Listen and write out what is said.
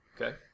Okay